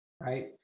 Right